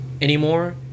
anymore